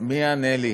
מי יענה לי?